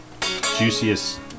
juiciest